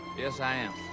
yes, i am.